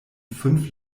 fünf